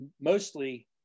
mostly